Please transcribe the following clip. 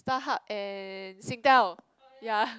Starhub and Singtel ya